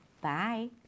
Bye